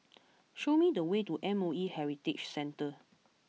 show me the way to M O E Heritage Centre